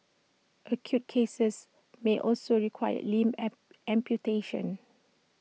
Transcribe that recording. acute cases may also require limb amputations